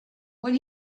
when